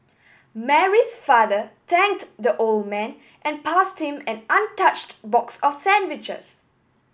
Mary's father thanked the old man and passed him an untouched box of sandwiches